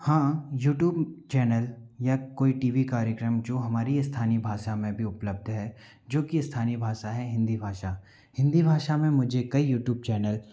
हाँ YouTube channel या कोई टी वी कार्यक्रम जो हमारी स्थानीय भाषा में भी उपलब्ध है जो कि स्थानीय भाषा हैं हिंदी भाषा हिंदी भाषा में मुझे कई यूट्यूब चैनल